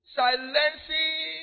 silencing